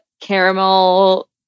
caramel